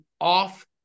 Off